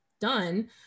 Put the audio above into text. done